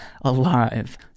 alive